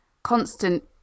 constant